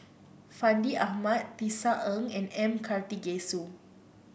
Fandi Ahmad Tisa Ng and M Karthigesu